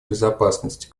безопасности